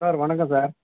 sir வணக்கம் sir